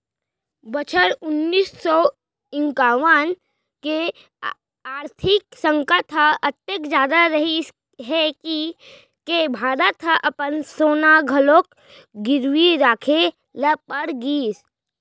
बछर उन्नीस सौ इंकावन के आरथिक संकट ह अतेक जादा रहिस हे के भारत ह अपन सोना घलोक गिरवी राखे ल पड़ गिस